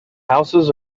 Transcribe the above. houses